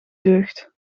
deugd